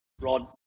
rod